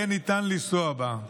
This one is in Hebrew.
יהיה ניתן לנסוע בה.